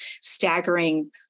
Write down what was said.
staggering